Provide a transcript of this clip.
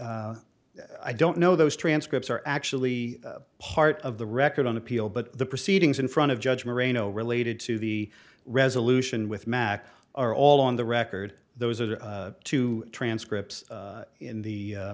i don't know those transcripts are actually part of the record on appeal but the proceedings in front of judge marino related to the resolution with mack are all on the record those are two transcripts in the